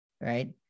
right